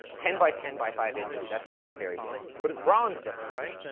ten by ten by five inches, that's not very big. but it's bronze though, right?